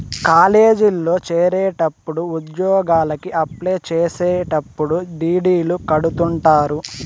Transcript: కాలేజీల్లో చేరేటప్పుడు ఉద్యోగలకి అప్లై చేసేటప్పుడు డీ.డీ.లు కడుతుంటారు